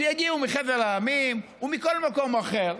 שיגיעו מחבר המדינות או מכל מקום אחר,